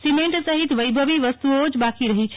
cement સહિત વૈભવી વસ્તુઓજ બાકી રહી છે